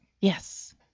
Yes